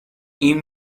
این